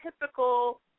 typical